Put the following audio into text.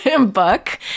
book